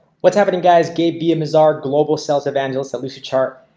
what's happening guys gabe villamizar, global sales evangelist at lucidchart.